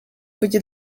być